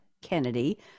kennedy